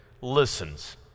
listens